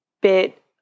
Bit